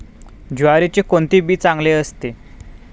ज्वारीचे कोणते बी चांगले असते?